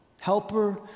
Helper